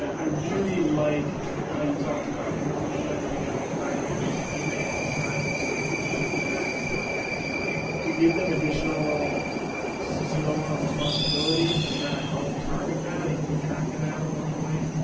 i really like how you talked about, what would you like to be doing in five years? and then trying to project what they're doing. do you give them additional smaller responsibilities to try to help target that and keep track of that along the way?